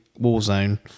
Warzone